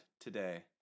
today